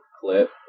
clip